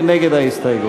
מי נגד ההסתייגות?